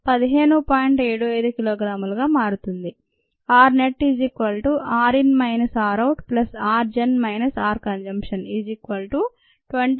75 కిలోగ్రాములుగా మారుతుంది